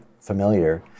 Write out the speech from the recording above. familiar